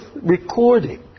recording